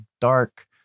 dark